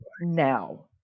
now